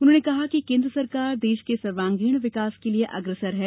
उन्होनें कहा कि केन्द्र सरकार देश के सर्वांगीण विकास के लिए अग्रसर है